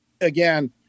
again